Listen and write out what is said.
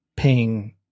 ping